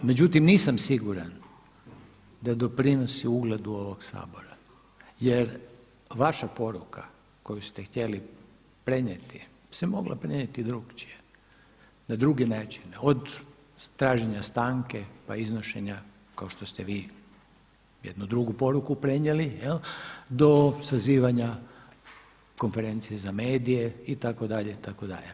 Međutim, nisam siguran da doprinosi ugledu ovog Sabora jer vaša poruka koju ste htjeli prenijeti se mogla prenijeti drukčije, na drugi način od traženja stanke pa iznošenja kao što ste vi jednu drugu poruku prenijeli do sazivanja konferencije za medije itd. itd.